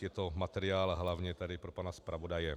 Je to materiál hlavně tedy pro pana zpravodaje.